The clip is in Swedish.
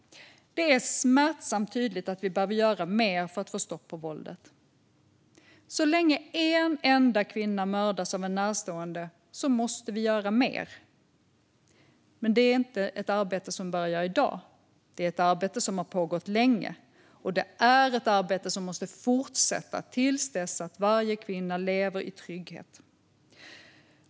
Det är smärtsamt tydligt att vi behöver göra mer för att få stopp på våldet. Så länge en enda kvinna mördas av en närstående måste vi göra mer. Men det är inte ett arbete som börjar i dag. Det är ett arbete som har pågått länge, och det är ett arbete som måste fortsätta till dess att varje kvinna lever i trygghet.